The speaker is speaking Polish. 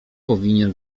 powinien